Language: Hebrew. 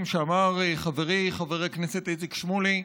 שאמר חברי חבר הכנסת איציק שמולי.